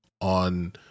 on